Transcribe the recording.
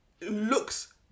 looks